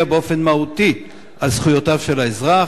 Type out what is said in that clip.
באופן מהותי על זכויותיו של האזרח.